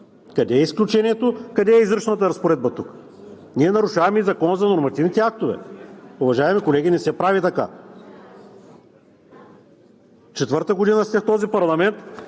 Къде е изключението, къде е изричната разпоредба тук? Ние нарушаваме и Закона за нормативните актове. Уважаеми колеги, не се прави така. Четвърта година сте в този парламент